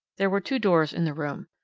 there were two doors in the room.